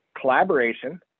collaboration